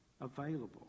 available